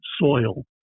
soil